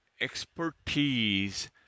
expertise